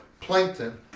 plankton